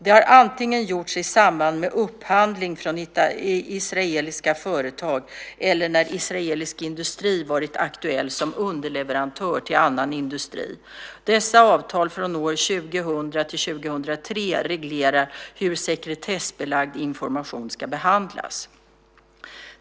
Det har antingen gjorts i samband med upphandling från israeliska företag eller när israelisk industri varit aktuell som underleverantörer till annan industri. Dessa avtal från år 2000 till 2003 reglerar hur sekretessbelagd information ska behandlas.